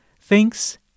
thinks